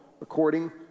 according